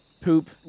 poop